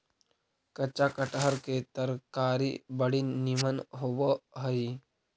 कच्चा कटहर के तरकारी बड़ी निमन होब हई